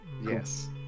Yes